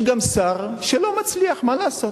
יש גם שר שלא מצליח, מה לעשות?